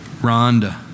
Rhonda